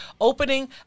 Opening